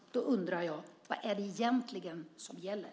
Jag undrar: Vad är det egentligen som gäller?